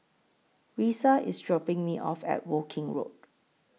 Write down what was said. Risa IS dropping Me off At Woking Road